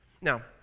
Now